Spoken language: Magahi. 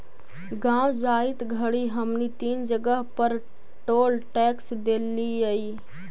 गाँव जाइत घड़ी हमनी तीन जगह पर टोल टैक्स देलिअई